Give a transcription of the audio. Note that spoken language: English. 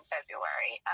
February